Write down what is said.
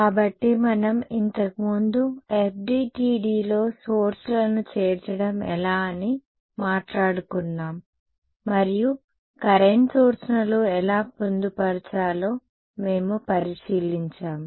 కాబట్టి మనం ఇంతకు ముందు FDTDలో సోర్స్ లను చేర్చడం ఎలా అని మాట్లాడుకున్నాం మరియు కరెంట్ సోర్స్ లను ఎలా పొందుపరచాలో మేము పరిశీలించాము